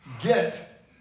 get